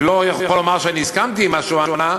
אני לא יכול לומר שהסכמתי עם מה שענה,